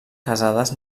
casades